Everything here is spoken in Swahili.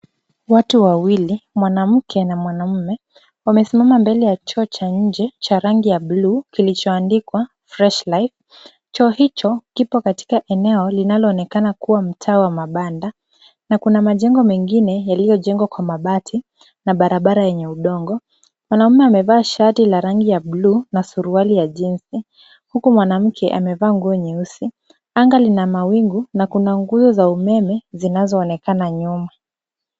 Watu wawili, mwanamke na mwanamume, wamesimama mbele ya choo cha nje cha rangi ya bluu kilichoandikwa Fresh Life . Choo hicho kipo katika eneo linaloonekana kuwa mtaa wa mabanda na kuna majengo mengine yaliyojengwa kwa mabati na barabara yenye udongo. Mwanamume amevaa shati la rangi ya bluu na suruali ya jeansi , huku mwanamke amevaa nguo nyeusi. Anga lina mawingu na kuna nguzo za umeme zinazoonekana nyuma.